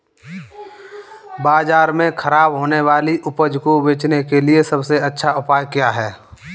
बाजार में खराब होने वाली उपज को बेचने के लिए सबसे अच्छा उपाय क्या है?